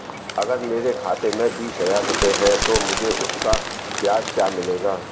अगर मेरे खाते में बीस हज़ार रुपये हैं तो मुझे उसका ब्याज क्या मिलेगा?